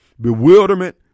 bewilderment